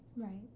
Right